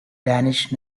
danish